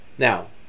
Now